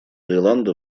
таиланда